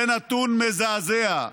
זה נתון מזעזע,